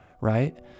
right